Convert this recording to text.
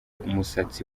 umusatsi